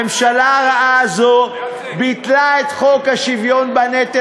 הממשלה הרעה הזאת ביטלה את חוק השוויון בנטל,